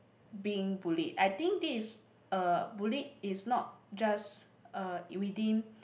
being bullied I think this is uh bullied is not just uh within